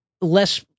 less